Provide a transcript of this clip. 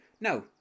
no